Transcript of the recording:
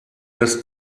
das